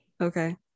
Okay